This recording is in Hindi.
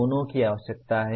दोनों की आवश्यकता है